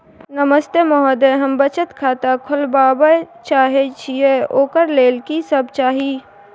नमस्ते महोदय, हम बचत खाता खोलवाबै चाहे छिये, ओकर लेल की सब चाही?